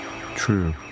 True